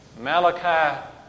Malachi